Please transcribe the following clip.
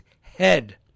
head